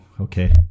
okay